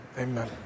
Amen